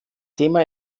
thema